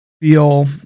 feel